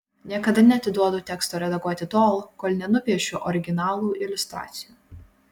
niekada neatiduodu teksto redaguoti tol kol nenupiešiu originalų iliustracijų